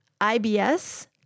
IBS